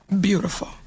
Beautiful